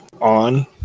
On